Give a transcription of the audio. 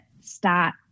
start